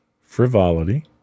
Frivolity